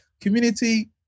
Community